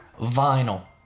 Vinyl